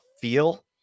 feel